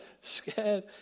scared